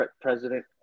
President